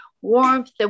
warmth